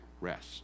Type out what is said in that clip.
rest